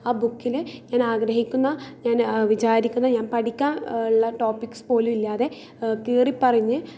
ആ ബുക്കിൽ ഞാൻ ആഗ്രഹിക്കുന്ന ഞാൻ വിചാരിക്കുന്ന ഞാൻ പഠിക്കാൻ ഉള്ള ടോപിക്സ് പോലും ഇല്ലാതെ കീറിപ്പറിഞ്ഞ്